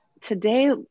Today